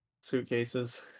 suitcases